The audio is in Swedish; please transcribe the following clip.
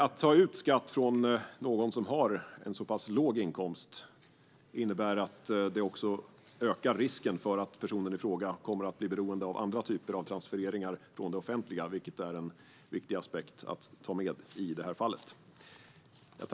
Att ta ut skatt från någon som har låg inkomst ökar risken för att personen i fråga blir beroende av andra typer av transfereringar från det offentliga, vilket är en viktig aspekt att ta med i det här fallet.